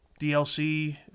DLC